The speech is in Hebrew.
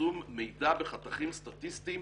בפרסום מידע בחתכים סטטיסטיים